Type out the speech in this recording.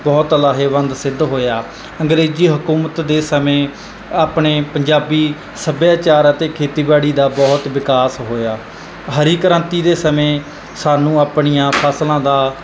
ਬਹੁਤ ਲਾਹੇਵੰਦ ਸਿੱਧ ਹੋਇਆ ਅੰਗਰੇਜ਼ੀ ਹਕੂਮਤ ਦੇ ਸਮੇਂ ਆਪਣੇ ਪੰਜਾਬੀ ਸੱਭਿਆਚਾਰ ਅਤੇ ਖੇਤੀਬਾੜੀ ਦਾ ਬਹੁਤ ਵਿਕਾਸ ਹੋਇਆ ਹਰੀ ਕ੍ਰਾਂਤੀ ਦੇ ਸਮੇਂ ਸਾਨੂੰ ਆਪਣੀਆਂ ਫਸਲਾਂ ਦਾ